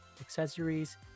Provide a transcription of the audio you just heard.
accessories